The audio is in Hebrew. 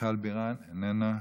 מיכל בירן, איננה,